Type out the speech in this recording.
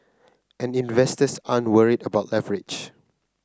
and investors aren't worried about leverage